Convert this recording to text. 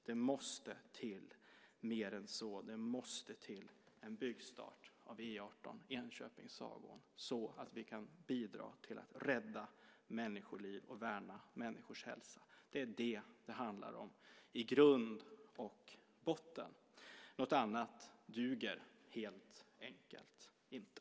Det måste till mer än så. Det måste till en byggstart av E 18, Enköping-Sagån, så att vi kan bidra till att rädda människoliv och värna människors hälsa. Det är det som det i grund och botten handlar om. Något annat duger helt enkelt inte.